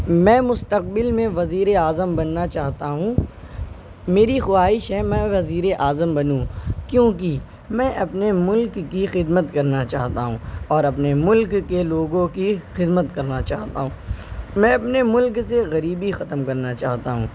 میں مستقبل میں وزیر اعظم بننا چاہتا ہوں میری خواہش ہے میں وزیر اعظم بنوں کیوںکہ میں اپنے ملک کی خدمت کرنا چاہتا ہوں اور اپنے ملک کے لوگوں کی خدمت کرنا چاہتا ہوں میں اپنے ملک سے غریبی ختم کرنا چاہتا ہوں